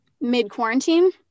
mid-quarantine